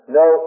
no